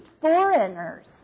foreigners